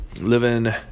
living